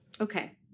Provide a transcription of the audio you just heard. Okay